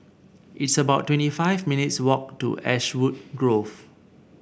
it's about twenty five minutes' walk to Ashwood Grove